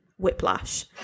Whiplash